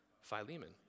Philemon